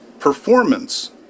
Performance